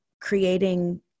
creating